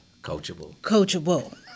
coachable